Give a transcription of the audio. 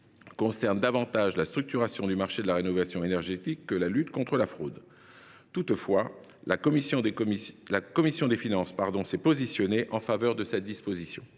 concerne davantage la structuration du marché de la rénovation énergétique que la lutte contre la fraude. Toutefois, la commission des finances s’est positionnée en faveur de cette mesure.